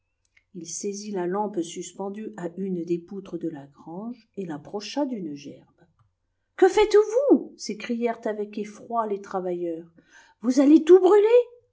il saisit la lampe suspendue à une des poutres de la grange et l'approcha d'une gerbe que faites-vous s'écrièrent avec effroi les travailleurs vous allez tout brûler